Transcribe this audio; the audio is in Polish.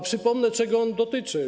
Przypomnę, czego on dotyczy.